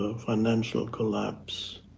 financial collapse,